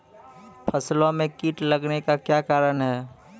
फसलो मे कीट लगने का क्या कारण है?